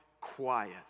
quiet